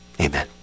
Amen